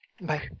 Bye